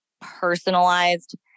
personalized